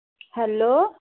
hello